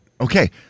Okay